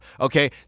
okay